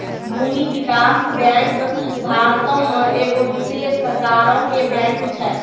भूमि विकास बैंक भारतो मे एगो विशेष प्रकारो के बैंक छै